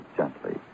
gently